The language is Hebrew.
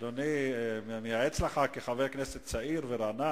קריאה ראשונה.